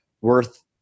worth